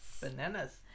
Bananas